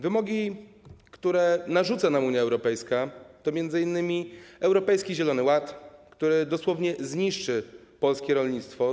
Wymogi, które narzuca nam Unia Europejska, to m.in. europejski zielony ład, który dosłownie zniszczy polskie rolnictwo.